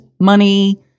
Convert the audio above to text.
money